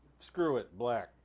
screw it. black.